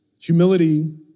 Humility